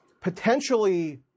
potentially